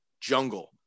Jungle